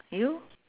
you